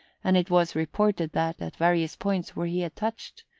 and it was reported that, at various points where he had touched,